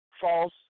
false